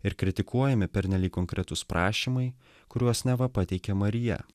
ir kritikuojami pernelyg konkretūs prašymai kuriuos neva pateikė marija